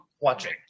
watching